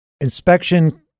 inspection